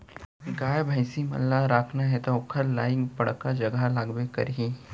गाय भईंसी मन ल राखना हे त ओकर लाइक बड़का जघा लागबे करही